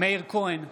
מאיר כהן,